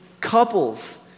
couples